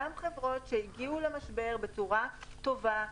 גם חברות שהגיעו למשבר בצורה טובה,